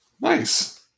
Nice